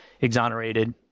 exonerated